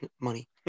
money